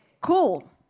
Cool